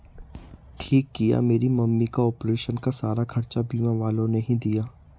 ठीक किया मेरी मम्मी का ऑपरेशन का सारा खर्चा बीमा वालों ने ही दिया